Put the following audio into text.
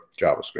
JavaScript